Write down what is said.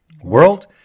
world